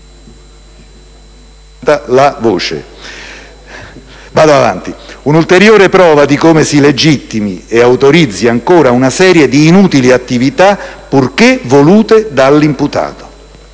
un'ulteriore prova di come si legittimi e autorizzi una serie di inutili attività purché volute dall'imputato.